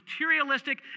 materialistic